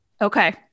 okay